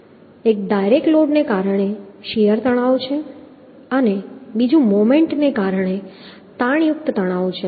એક ડાયરેક્ટ લોડને કારણે શીયર તણાવ છે અને બીજું મોમેન્ટને કારણે તાણયુક્ત તણાવ છે